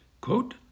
Quote